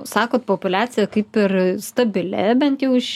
sakot populiacija kaip ir stabili bent jau iš